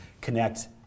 connect